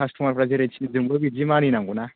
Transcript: कास्ट'मारफ्रा जेरै थिनो जोंबो बिदि मानि नांगौ ना